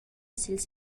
sils